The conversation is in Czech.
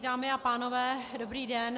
Dámy a pánové, dobrý den.